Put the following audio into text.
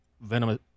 venomous